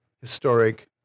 historic